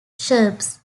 shrubs